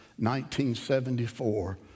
1974